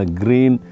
green